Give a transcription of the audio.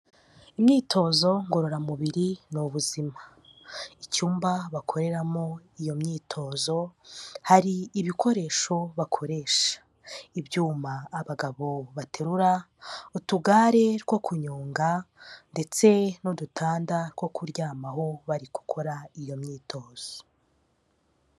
Imyitozo ngororamubiri ni ubuzima. Icyumba bakoreramo iyo myitozo, hari ibikoresho bakoresha, ibyuma abagabo baterura, utugare two kunyonga ndetse n'udutanda two kuryamaho bari gukora iyo myitozo.